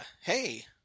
Hey